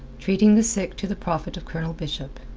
treating the sick to the profit of colonel bishop,